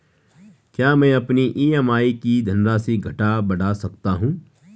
क्या मैं अपनी ई.एम.आई की धनराशि घटा बढ़ा सकता हूँ?